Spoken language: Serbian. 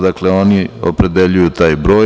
Dakle, oni opredeljuju taj broj.